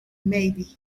maybe